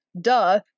Duh